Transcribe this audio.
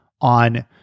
on